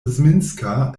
zminska